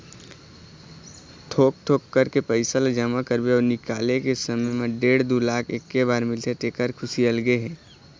थोक थोक करके पइसा ल जमा करबे अउ निकाले के समे म डेढ़ दू लाख एके बार म मिलथे तेखर खुसी अलगे हे